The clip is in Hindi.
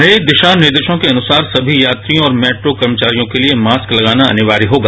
नए दिशा निर्देशों के अनुसार सभी यात्रियों और मेट्रो कर्मचारियों के लिए मास्क लगाना अनिवार्य होगा